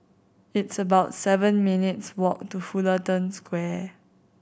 it's about seven minutes' walk to Fullerton Square